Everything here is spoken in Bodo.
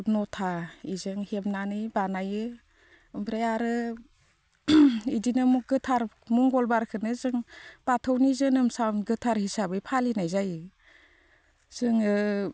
नथा इजों हेबनानै बानायो ओमफ्राय आरो इदिनो गोथार मंगलबारखोनो जों बाथौनि जोनोम सान गोथार हिसाबै फालिनाय जायो जोङो